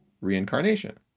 reincarnation